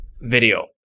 video